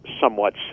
somewhat